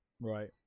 right